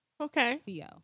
Okay